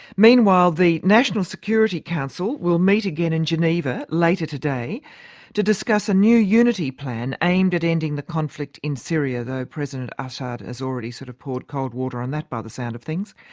meanwhile, the national security council will meet again in geneva later today to discuss a new unity plan aimed at ending the conflict in syria, though president assad has already sort of poured cold water on that by the sound of things.